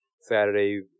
Saturday